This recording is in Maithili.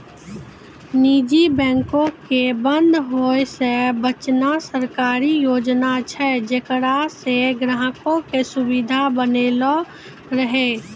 निजी बैंको के बंद होय से बचाना सरकारी योजना छै जेकरा से ग्राहको के सुविधा बनलो रहै